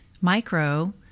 Micro